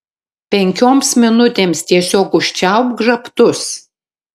penkioms minutėms tiesiog užčiaupk žabtus